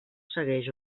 segueix